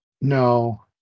No